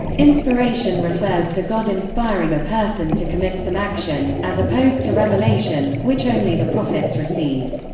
inspiration refers to god inspiring a person to commit some action, as opposed to revelation, which only the prophets received.